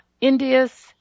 India's